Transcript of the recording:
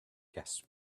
guests